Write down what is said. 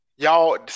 Y'all